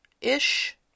ish